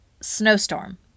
snowstorm